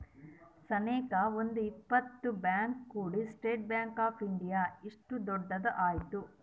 ಸನೇಕ ಒಂದ್ ಇಪ್ಪತ್ ಬ್ಯಾಂಕ್ ಕೂಡಿ ಸ್ಟೇಟ್ ಬ್ಯಾಂಕ್ ಆಫ್ ಇಂಡಿಯಾ ಇಷ್ಟು ದೊಡ್ಡದ ಆಯ್ತು